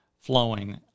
flowing